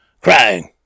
crying